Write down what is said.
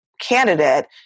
candidate